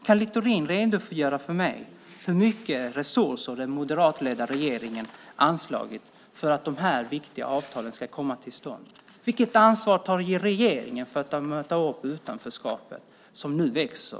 Kan Littorin redogöra för mig hur mycket resurser den moderatledda regeringen anslagit för att de här viktiga avtalen ska komma till stånd? Vilket ansvar tar regeringen för det utanförskap som nu växer?